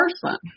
person